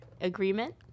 agreement